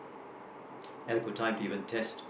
adequate time to even test